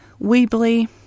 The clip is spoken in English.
weebly